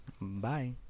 Bye